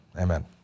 amen